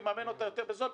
הוא יממן אותה יותר בזול,